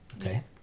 Okay